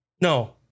No